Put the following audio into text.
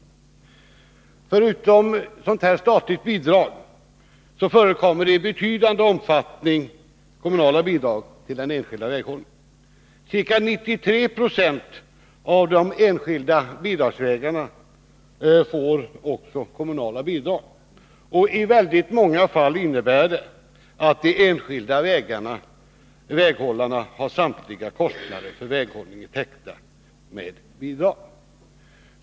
Förutom statligt bidrag förekommer i betydande omfattning kommunala bidrag till den enskilda väghållningen. Ca 93 20 av de enskilda statsbidragsberättigade vägarna får också kommunala bidrag. I många fall innebär detta att de enskilda väghållarna har samtliga kostnader för väghållningen täckta med bidrag.